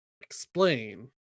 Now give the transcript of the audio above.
explain